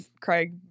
Craig